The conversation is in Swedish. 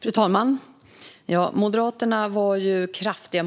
Fru talman! Moderaternas motstånd var kraftigt